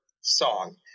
song